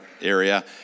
area